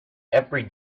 every